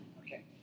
Okay